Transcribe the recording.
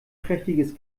prächtiges